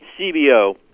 CBO